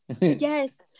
Yes